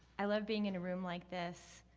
i love being in a room like this